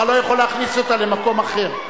אתה לא יכול להכניס אותה למקום אחר.